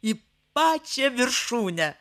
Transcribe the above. į pačią viršūnę